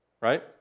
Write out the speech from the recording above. right